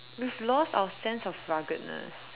we've lost our sense of ruggedness